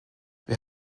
wir